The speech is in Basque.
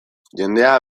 jendea